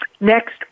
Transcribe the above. next